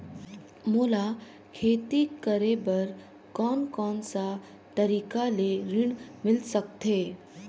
मोला खेती करे बर कोन कोन सा तरीका ले ऋण मिल सकथे?